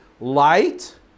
light